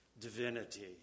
divinity